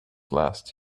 last